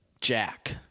Jack